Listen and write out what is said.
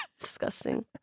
Disgusting